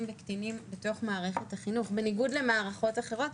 בקטינים ותביעות מערכת החינוך בניגוד למערכות אחרות.